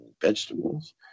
vegetables